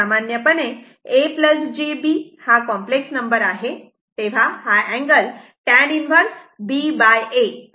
सामान्यपणे a j b हा complex number आहे तेव्हा हा अँगल tan 1 ba आहे